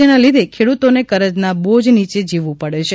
જેના લીધે ખેડૂતોને કરજના બોજ નીચે જીવવું પડે છે